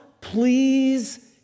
please